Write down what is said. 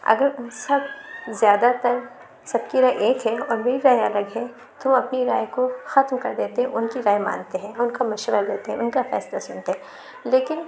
اگر اُن سب زیادہ تر سب کی رائے ایک ہے اور میری رائے الگ ہے تو اپنی رائے کو ختم کر دیتی اُن کی رائے مانتے ہیں اُن کا مشورہ لیتے ہیں اُن کا فیصلہ سُنتے ہیں لیکن